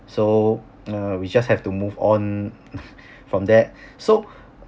so err we just have to move on from there so